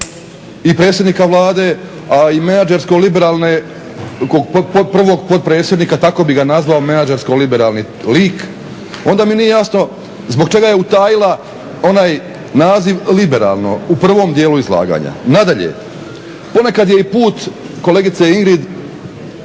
i predsjednik Vlade a i menadžersko liberalne prvog potpredsjednika tako bih ga nazvao menadžersko liberalni lik onda mi nije jasno zbog čega je utajila onaj naziv liberalno u prvom dijelu izlaganja. Nadalje, ponekad je put kolegice Ingrid